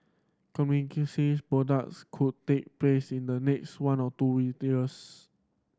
products could take place in the next one or two years